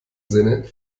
sinne